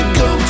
go